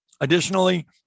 Additionally